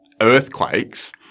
earthquakes